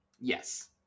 Yes